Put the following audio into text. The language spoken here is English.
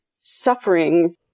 suffering